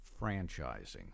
Franchising